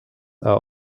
are